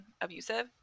abusive